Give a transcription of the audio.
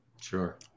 Sure